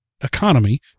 economy